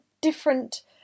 different